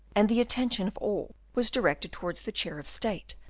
and the attention of all was directed towards the chair of state,